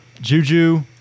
Juju